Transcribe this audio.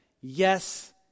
yes